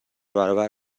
برابر